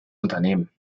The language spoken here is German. unternehmen